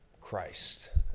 Christ